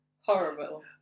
Horrible